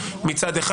מצד אחד.